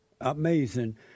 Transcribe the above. Amazing